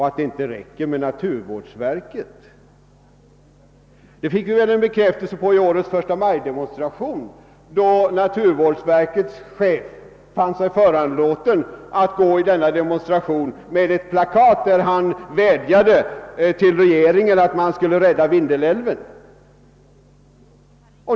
Att det inte räcker med naturvårdsverket fick vi väl en bekräftelse på i årets förstamajdemonstration, då dess chef fann sig föranlåten att gå i denna demonstration med ett plakat, på vilket han vädjade till regeringen att rädda Vindelälven.